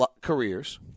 careers